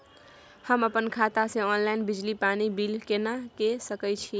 हम अपन खाता से ऑनलाइन बिजली पानी बिल केना के सकै छी?